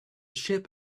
ship